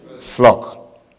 flock